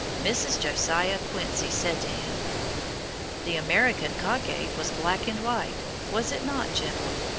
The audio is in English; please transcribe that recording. mrs. josiah quincy said to him the american cockade was black and white, was it not, general?